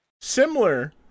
similar